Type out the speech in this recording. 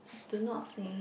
do not say